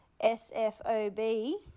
S-F-O-B